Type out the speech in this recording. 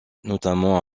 notamment